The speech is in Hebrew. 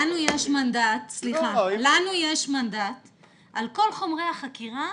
לנו יש מנדט על כל חומרי החקירה,